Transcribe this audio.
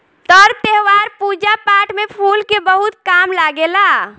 तर त्यौहार, पूजा पाठ में फूल के बहुत काम लागेला